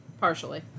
Partially